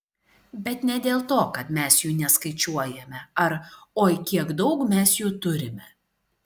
bet ne dėl to kad mes jų neskaičiuojame ar oi kiek daug mes jų turime